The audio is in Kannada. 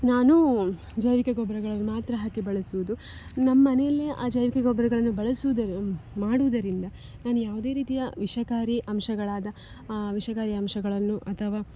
ನಾನು ಜೈವಿಕ ಗೊಬ್ಬರಗಳನ್ನು ಮಾತ್ರ ಹಾಕಿ ಬಳಸುವುದು ನಮ್ಮ ಮನೆಯಲ್ಲಿ ಆ ಜೈವಿಕ ಗೊಬ್ಬರಗಳನ್ನು ಬಳಸುವುದರ ಮಾಡುವುದರಿಂದ ನಾನು ಯಾವುದೇ ರೀತಿಯ ವಿಷಕಾರಿ ಅಂಶಗಳಾದ ವಿಷಕಾರಿ ಅಂಶಗಳನ್ನು ಅಥವಾ